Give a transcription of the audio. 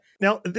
Now